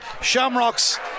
Shamrock's